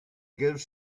gives